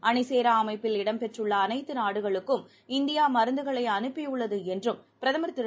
அணிசேராஅமைப்பில் இடம் பெற்றுள்ளஅனைத்துநாடுகளுக்கும் இந்தியாமருந்துகளைஅனுப்பிஉள்ளதுஎன்றும் பிரதமர் திரு